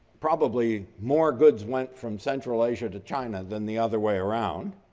probably more goods went from central asia to china than the other way around.